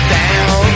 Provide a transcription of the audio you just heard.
down